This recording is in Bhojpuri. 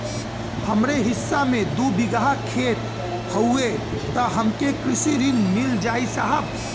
हमरे हिस्सा मे दू बिगहा खेत हउए त हमके कृषि ऋण मिल जाई साहब?